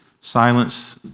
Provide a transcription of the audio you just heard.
silence